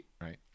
Right